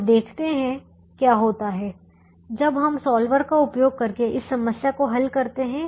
और देखते हैं क्या होता है जब हम सॉल्वर का उपयोग करके इस समस्या को हल करते हैं